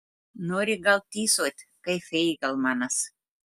nori gal tysot kaip feigelmanas